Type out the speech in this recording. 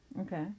okay